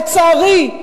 לצערי,